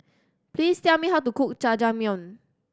please tell me how to cook Jajangmyeon